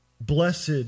Blessed